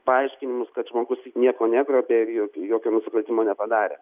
paaiškinimus kad žmogus nieko negrobė ir jok jokio nusikaltimo nepadarė